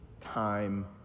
time